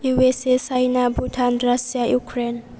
U S A China Bhutan Russia Ukraine